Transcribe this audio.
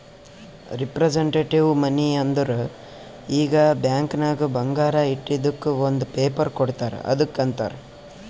representative ಮನಿ ಅಂದುರ್ ಈಗ ಬ್ಯಾಂಕ್ ನಾಗ್ ಬಂಗಾರ ಇಟ್ಟಿದುಕ್ ಒಂದ್ ಪೇಪರ್ ಕೋಡ್ತಾರ್ ಅದ್ದುಕ್ ಅಂತಾರ್